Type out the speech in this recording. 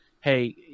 hey